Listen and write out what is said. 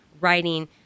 writing